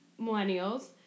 Millennials